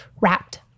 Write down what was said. wrapped